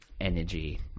energy